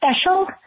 special